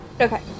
Okay